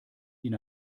din